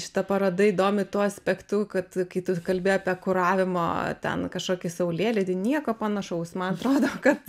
šita paroda įdomi tuo aspektu kad kai tu kalbi apie kuravimo ten kažkokį saulėlydį nieko panašaus man atrodo kad